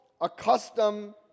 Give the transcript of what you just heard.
accustomed